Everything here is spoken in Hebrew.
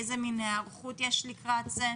איזו היערכות יש לקראת זה?